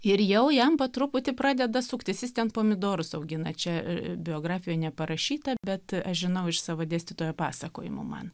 ir jau jam po truputį pradeda suktis jis ten pomidorus augina čia e e biografijoj neparašyta bet e aš žinau iš savo dėstytojo pasakojimų man